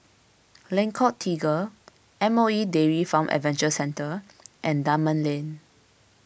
Lengkok Tiga M O E Dairy Farm Adventure Centre and Dunman Lane